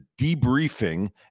debriefing